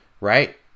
right